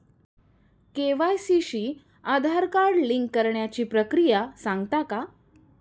KYC शी Aadhaar card link करण्याची प्रक्रिया सांगता का?